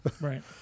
Right